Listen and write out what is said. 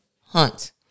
hunt